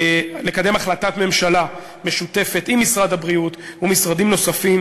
לקדם החלטת ממשלה משותפת עם משרד הבריאות ומשרדים נוספים,